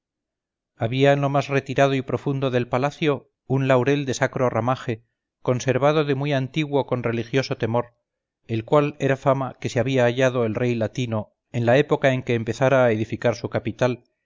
había en lo más retirado y profundo del palacio un laurel de sacro ramaje conservado de muy antiguo con religioso temor el cual era fama que se había hallado el rey latino en la época en que empezara a edificar su capital